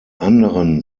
anderen